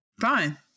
Fine